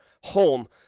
home